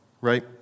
right